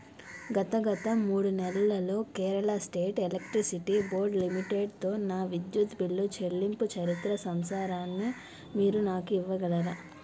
గత గత మూడు నెలలలో కేరళ స్టేట్ ఎలక్ట్రిసిటీ బోర్డ్ లిమిటెడ్తో నా విద్యుత్ బిల్లు చెల్లింపు చరిత్ర సంసారాన్ని మీరు నాకు ఇవ్వగలరా